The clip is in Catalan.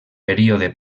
període